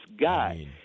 guy